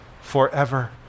forever